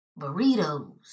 burritos